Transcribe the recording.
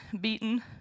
beaten